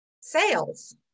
sales